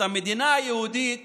את המדינה היהודית